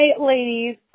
ladies